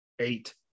eight